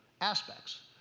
aspects